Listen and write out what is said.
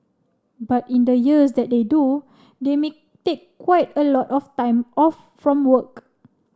but in the years that they do they may take quite a lot of time off from work